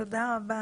תודה.